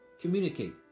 communicate